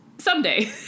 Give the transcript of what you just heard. Someday